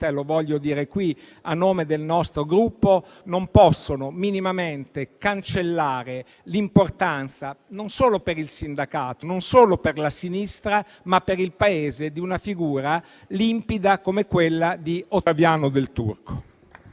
- lo voglio dire qui a nome del nostro Gruppo - non può minimamente cancellare l'importanza, non solo per il sindacato, non solo per la sinistra, ma per il Paese, di una figura limpida come quella di Ottaviano Del Turco.